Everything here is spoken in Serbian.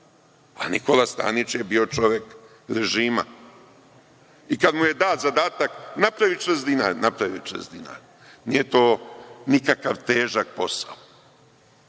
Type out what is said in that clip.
a Nikola Stanić je bio čovek režima, i kada mu je dat zadatak - napravi čas dinara, napravio čas dinar. Nije to nikakav težak posao,